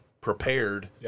prepared